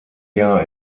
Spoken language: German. jahr